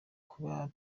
kuba